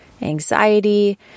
anxiety